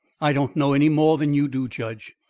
i don't know any more than you do, judge.